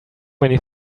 many